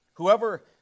Whoever